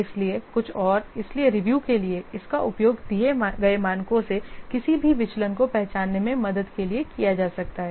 इसलिए कुछ और इसलिए रिव्यू के लिए इसका उपयोग दिए गए मानकों से किसी भी विचलन को पहचानने में मदद के लिए किया जा सकता है